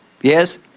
yes